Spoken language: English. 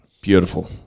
Beautiful